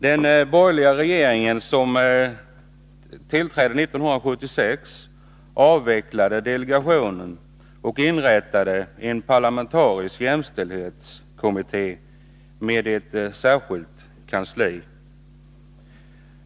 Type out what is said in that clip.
Den borgerliga regering som tillträdde 1976 avvecklade delegationen och inrättade en parlamentarisk jämställdhetskommitté med ett särskilt kansli.